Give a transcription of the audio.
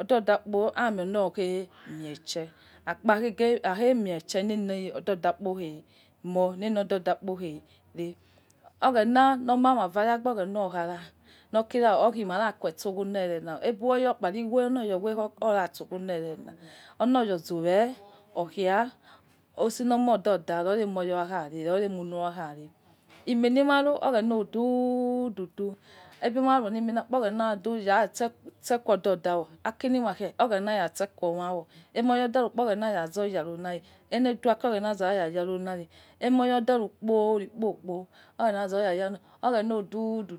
Ododa kpo ounioghemiese aikpo mie tshe nol odada kpo ghemo lodada kpo ghe re oghena lo mama vare agbo ologhena okhara lo khira oyo mara ghe sogho liserena olo ya zowe okha osi lo mo odada lomai ri lomori emna khare oghena odududu ibimie na rule ta skua odada wa aiki lima khe oghena ya skua wo imie ma kha rukpo oghena yazo yaro haci aite kha aki oghena yazo yaro haci emoito da kpo rikpo oghena odudu